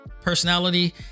personality